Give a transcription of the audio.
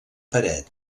paret